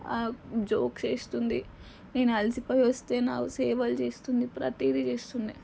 jokes వేస్తుంది నేను అలసిపోయి వస్తే నాకు సేవలు చేస్తుంది ప్రతీది చేస్తుంది